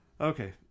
Okay